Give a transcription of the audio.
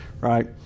right